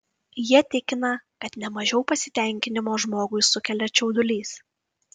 jie tikina kad ne mažiau pasitenkinimo žmogui sukelia čiaudulys